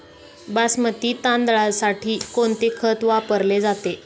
बासमती तांदळासाठी कोणते खत वापरले जाते?